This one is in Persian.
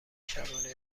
شبانه